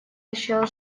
еще